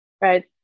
right